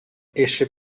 esse